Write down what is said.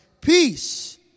peace